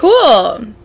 cool